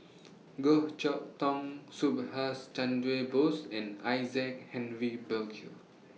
Goh Chok Tong Subhas Chandra Bose and Isaac Henry Burkill